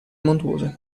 montuose